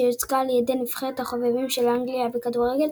שיוצגה על ידי נבחרת החובבים של אנגליה בכדורגל,